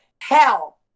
hell